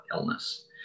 illness